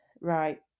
right